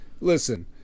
Listen